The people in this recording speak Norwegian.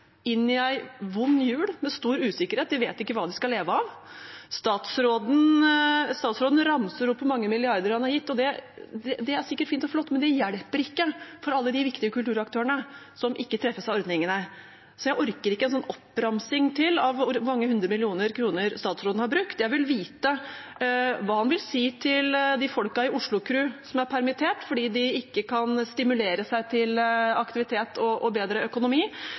det er sikkert fint og flott, men det hjelper ikke for alle de viktige kulturaktørene som ikke treffes av ordningene. Jeg orker ikke en ny oppramsing av hvor mange hundre millioner kroner statsråden har brukt. Jeg vil vite hva han vil si til folk i Oslo Kru som er permittert fordi de ikke kan stimulere seg til aktivitet og bedre økonomi,